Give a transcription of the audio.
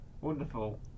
Wonderful